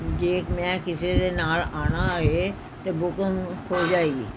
ਜੇ ਮੈਂ ਕਿਸੇ ਦੇ ਨਾਲ ਆਉਣਾ ਹੋਵੇ ਤਾਂ ਬੁਕਿੰਗ ਹੋ ਜਾਵੇਗੀ